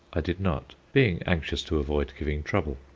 i did not, being anxious to avoid giving trouble.